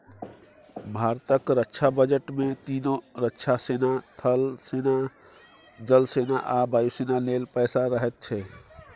भारतक रक्षा बजट मे तीनों रक्षा सेना थल सेना, जल सेना आ वायु सेना लेल पैसा रहैत छै